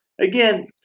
Again